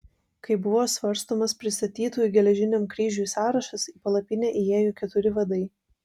kai buvo svarstomas pristatytųjų geležiniam kryžiui sąrašas į palapinę įėjo keturi vadai